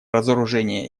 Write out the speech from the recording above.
разоружение